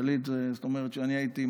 דליד זאת אומרת שאני הייתי,